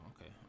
okay